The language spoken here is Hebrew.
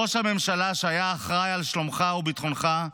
ראש הממשלה, שהיה אחראי לשלומך וביטחונך,